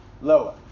Lower